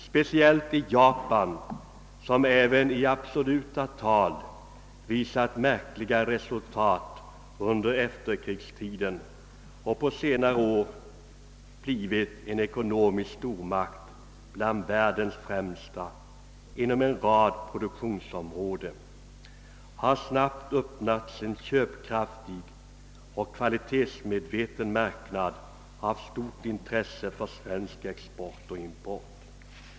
Speciellt i Japan, som även i absoluta tal visat märkliga resultat under efterkrigstiden och på senare år åter blivit en ekonomisk stormakt bland världens främsta inom en rad produktionsområden, har snabbt öppnats en köpkraftig och kvalitetsmedveten marknad av stort intresse för svensk export och import.